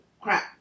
crap